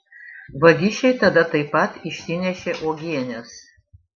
vagišiai tada taip pat išsinešė uogienes